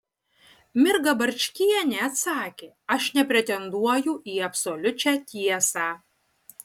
mirga barčkienė atsakė aš nepretenduoju į absoliučią tiesą